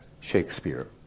Shakespeare